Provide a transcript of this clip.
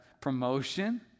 promotion